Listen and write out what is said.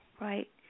Right